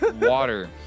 water